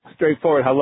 Straightforward